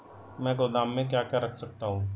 मैं गोदाम में क्या क्या रख सकता हूँ?